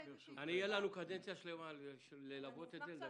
תהיה לנו קדנציה שלמה ללוות את זה.